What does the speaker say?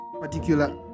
particular